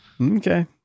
okay